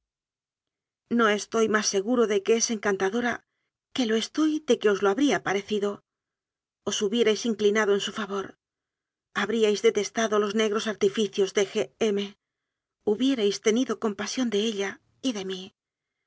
no estoy más segura de que es encantadora que lo estoy de que os lo habría parecido os hubierais inclinado en su fa vor habríais detestado los negros artificios de g m hubierais tenido compasión de ella y de mí